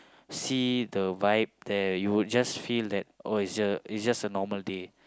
see the vibe there you will just feel that oh it's just it's just a normal day